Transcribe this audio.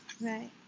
right